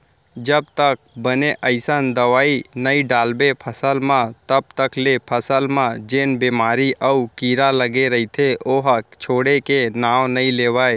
जब तक बने असन दवई नइ डालबे फसल म तब तक ले फसल म जेन बेमारी अउ कीरा लगे रइथे ओहा छोड़े के नांव नइ लेवय